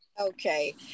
Okay